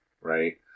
right